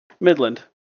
Midland